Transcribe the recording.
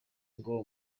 ngo